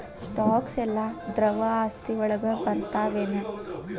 Stocks ಯೆಲ್ಲಾ ದ್ರವ ಆಸ್ತಿ ವಳಗ್ ಬರ್ತಾವೆನ?